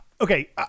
okay